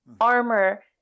armor